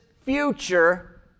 future